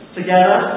together